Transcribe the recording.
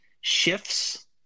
shifts